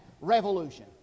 revolution